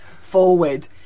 forward